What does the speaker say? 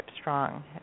strong